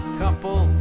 couple